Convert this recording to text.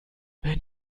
wenn